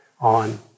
on